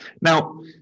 now